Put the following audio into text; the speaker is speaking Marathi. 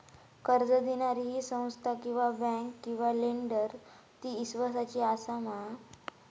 कर्ज दिणारी ही संस्था किवा बँक किवा लेंडर ती इस्वासाची आसा मा?